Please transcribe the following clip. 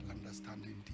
understanding